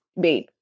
babe